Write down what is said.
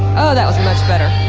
oh, that was much better.